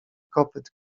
kopyt